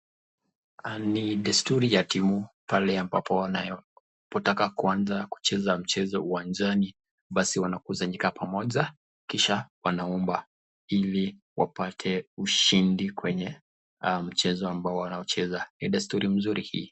Ni desturi ya timu pale ambapo wanapotaka kuanza mchezo uwanjani basi wanakusanyika pamoja kisha wanaomba ili wapate ushindi kwenye mchezo ambao wanaocheza. Ni desturi mzuri hii